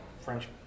French